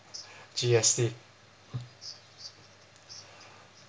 G_S_T